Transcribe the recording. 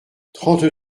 trente